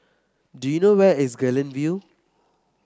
do you know where is Guilin View